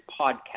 podcast